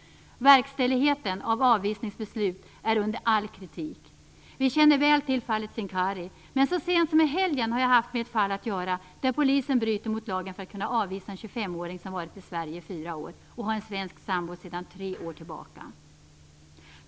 Verkställigheten av avvisningsbesluten är under all kritik. Vi känner till fallet Sincari väl. Så sent som i helgen har jag haft med ett annat fall att göra, där åring som varit i Sverige i fyra år, och som har en svensk sambo sedan tre år tillbaka.